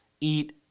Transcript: eat